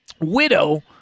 widow